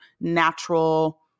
natural